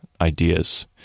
ideas